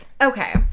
okay